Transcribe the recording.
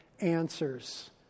answers